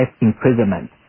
imprisonment